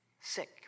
sick